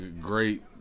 great